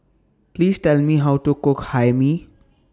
Please Tell Me How to Cook Hae Mee